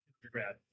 undergrad